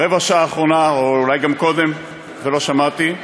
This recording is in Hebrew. ברבע השעה האחרונה, ואולי גם קודם, ולא שמעתי,